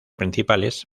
principales